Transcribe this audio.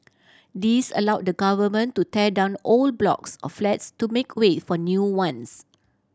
this allow the Government to tear down old blocks of flats to make way for new ones